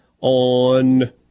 on